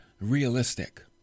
realistic